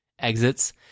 exits